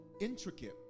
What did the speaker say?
intricate